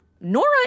Nora